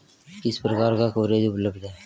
किस प्रकार का कवरेज उपलब्ध है?